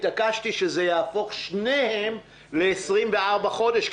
התעקשתי שזה יהפוך את שניהם ל-24 חודשים,